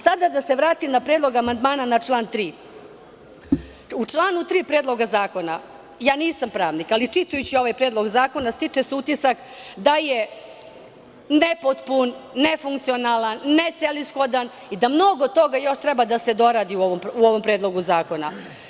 Sada da se vratim na predlog amandmana na član 3. Ja nisam pravnik ali čitajući ovaj predlog zakona stiče se utisak da je nepotpun, nefunkcionalan, necelishodan i da mnogo toga još treba da se doradi u ovom predlogu zakona.